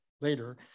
later